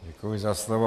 Děkuji za slovo.